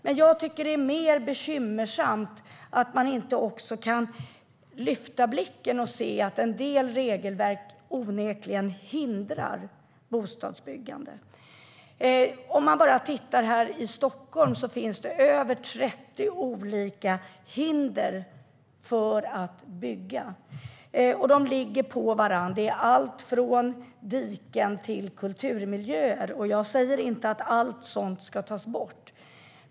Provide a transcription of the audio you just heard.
Men jag tycker att det är mer bekymmersamt att man inte också kan lyfta blicken och se att en del regelverk onekligen hindrar bostadsbyggande. Här i Stockholm finns det över 30 olika hinder för att bygga. De ligger på varandra. Det handlar om allt från diken till kulturmiljöer. Jag säger inte att allt sådant ska tas bort.